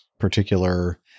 Particular